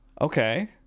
Okay